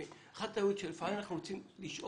אחת הטעויות היא שלפעמים אנחנו רוצים לשאוף